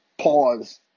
pause